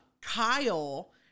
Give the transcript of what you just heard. Kyle